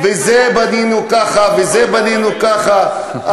וזה בנינו ככה וזה בנינו ככה,